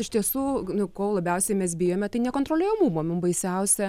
iš tiesų ko labiausiai mes bijome tai nekontroliuojamumų mum baisiausia